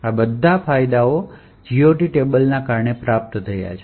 આ બધા ફાયદાઓ GOT ટેબલને કારણે પ્રાપ્ત થયા છે